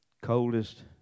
coldest